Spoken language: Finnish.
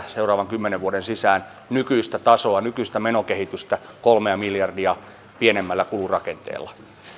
seuraavan kymmenen vuoden sisään nykyistä tasoa nykyistä menokehitystä kolme miljardia pienemmällä kulurakenteella